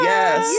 Yes